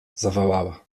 zawołała